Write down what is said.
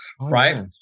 Right